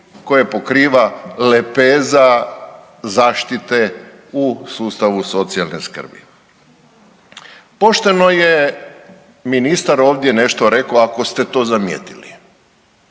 koje pokriva lepeza zaštite u sustavu socijalne skrbi. Pošteno je ministar nešto ovdje rekao ako ste to zamijetili,